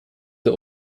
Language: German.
der